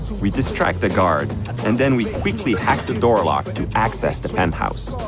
we distract the guard and then we quickly hack the door lock but to access the penthouse.